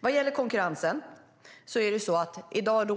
Vad gäller konkurrensen råder i dag